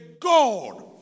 God